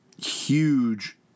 huge